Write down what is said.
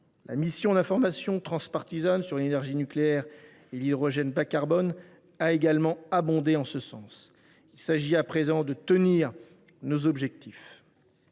mission d’information transpartisane sur l’énergie nucléaire et l’hydrogène bas carbone a également abondé en ce sens. Il s’agit à présent de tenir nos objectifs